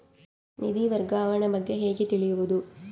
ನಿಧಿ ವರ್ಗಾವಣೆ ಬಗ್ಗೆ ಹೇಗೆ ತಿಳಿಯುವುದು?